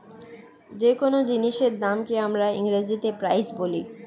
যে কোন জিনিসের দামকে আমরা ইংরেজিতে প্রাইস বলি